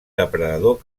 depredador